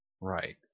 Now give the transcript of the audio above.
right